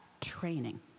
training